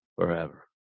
forever